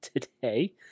today